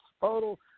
total